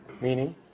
meaning